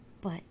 But